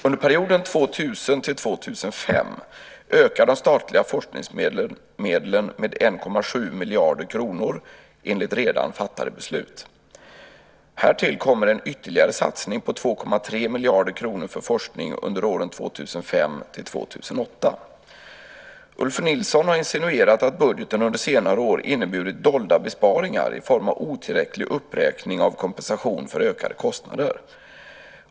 Under perioden 2000-2005 ökar de statliga forskningsmedlen med 1,7 miljarder kronor enligt redan fattade beslut. Härtill kommer en ytterligare satsning på 2,3 miljarder kronor för forskning under åren 2005-2008. Ulf Nilsson har insinuerat att budgeten under senare år inneburit dolda besparingar i form av otillräcklig uppräkning av kompensation för ökade kostnader.